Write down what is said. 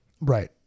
Right